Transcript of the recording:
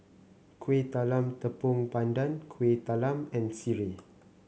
Kuih Talam Tepong Pandan Kueh Talam and sireh